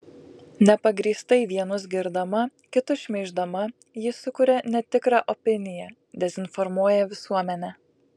nepagrįstai vienus girdama kitus šmeiždama ji sukuria netikrą opiniją dezinformuoja visuomenę